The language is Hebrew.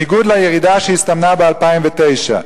בניגוד לירידה שהסתמנה ב-2009.